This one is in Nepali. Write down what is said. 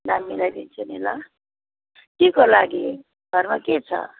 दाम मिलाइदिन्छु नि ल केको लागि घरमा के छ